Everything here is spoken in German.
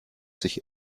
sich